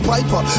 Piper